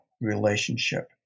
relationship